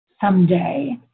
someday